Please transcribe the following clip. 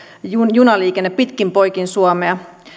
junaliikenne pitkin poikin suomea